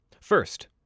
First